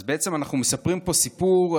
אנחנו מספרים פה סיפור,